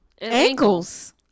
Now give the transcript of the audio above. ankles